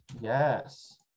Yes